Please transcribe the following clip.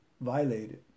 violated